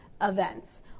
events